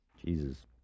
Jesus